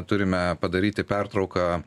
turime padaryti pertrauką